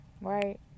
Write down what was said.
right